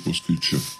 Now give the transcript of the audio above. paskui čia